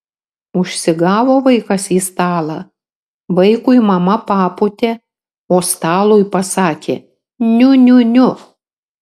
užsigavo vaikas į stalą vaikui mama papūtė o stalui pasakė niu niu niu